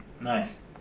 Nice